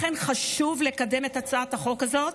לכן, חשוב לקדם את הצעת החוק הזו,